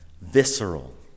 visceral